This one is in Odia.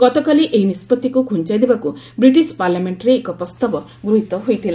ଗତକାଲି ଏହି ନିଷ୍କଭିକୁ ପୁଞ୍ଚାଇଦେବାକୁ ବ୍ରିଟିଶ ପାର୍ଲାମେଣ୍ଟରେ ଏକ ପ୍ରସ୍ତାବ ଗୃହୀତ ହୋଇଥିଲା